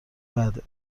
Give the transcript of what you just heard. بعده